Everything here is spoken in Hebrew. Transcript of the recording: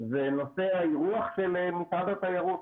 הוא נושא האירוח של משרד התיירות.